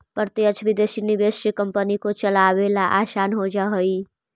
प्रत्यक्ष विदेशी निवेश से कंपनी को चलावे ला आसान हो जा हई